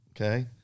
Okay